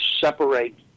separate